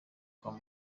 kwa